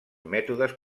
mètodes